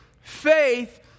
faith